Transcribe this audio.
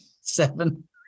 Seven